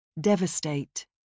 Devastate